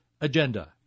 agenda